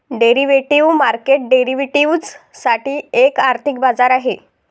derivative market derivatives साठी एक आर्थिक बाजार आहे